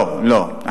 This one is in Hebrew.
לא, לא.